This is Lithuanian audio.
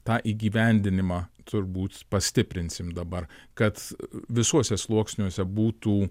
tą įgyvendinimą turbūt pastiprinsim dabar kad visuose sluoksniuose būtų